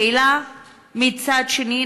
מצד שני,